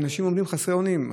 אנשים עומדים חסרי אונים.